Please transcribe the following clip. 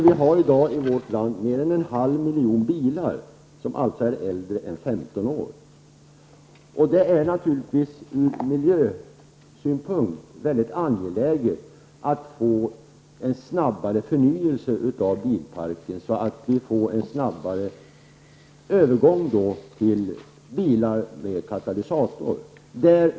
Vi har alltså i vårt land mer än en halv miljon bilar som är äldre än 15 år. Ur miljösynpunkt är det naturligtvis väldigt angeläget att få en snabbare förnyelse av bilparken, så att vi snabbare får en övergång till bilar utrustade med katalysator.